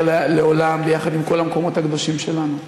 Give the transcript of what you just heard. לעולם ביחד עם כל המקומות הקדושים שלנו.